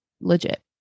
legit